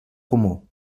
comú